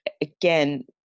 again